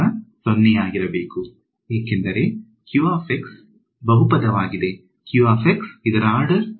ಉತ್ತರ 0 ಆಗಿರಬೇಕು ಏಕೆಂದರೆ ಬಹುಪದವಾಗಿದೆ ಇದರ ಆರ್ಡರ್